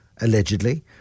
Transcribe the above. allegedly